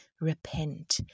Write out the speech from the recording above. repent